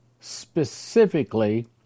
specifically